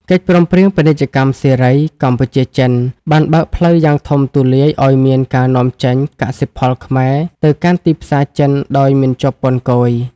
កិច្ចព្រមព្រៀងពាណិជ្ជកម្មសេរី កម្ពុជា-ចិន បានបើកផ្លូវយ៉ាងធំទូលាយឱ្យមានការនាំចេញកសិផលខ្មែរទៅកាន់ទីផ្សារចិនដោយមិនជាប់ពន្ធគយ។